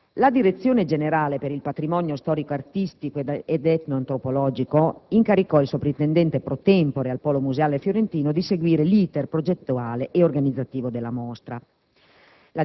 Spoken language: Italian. La Direzione generale per il patrimonio storico artistico ed etnoantropologico incaricò il soprintendente *pro tempore* al polo museale fiorentino di seguire l'*iter* progettuale e organizzativo della mostra.